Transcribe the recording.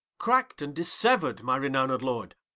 cracked and dissevered, my renowned lord.